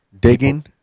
digging